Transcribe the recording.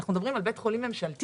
אנחנו מדברים על בית חולים ממשלתי.